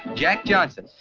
jack johnson.